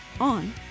on